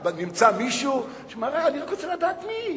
נמצא מישהו שאמר: לא,